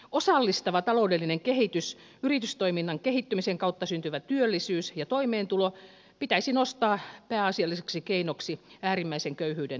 osallistava taloudellinen kehitys yritystoiminnan kehittymisen kautta syntyvä työllisyys ja toimeentulo pitäisi nostaa pääasialliseksi keinoksi äärimmäisen köyhyyden poistamisessa